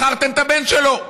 בחרתם את הבן שלו,